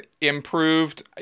improved